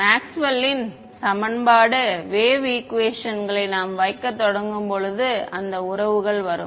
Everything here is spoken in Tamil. மேக்ஸ்வெல்லின் சமன்பாடு வேவ் ஈகுவேஷன்களை நாம் வைக்கத் தொடங்கும் போது அந்த உறவுகள் வரும்